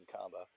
combo